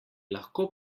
lahko